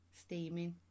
Steaming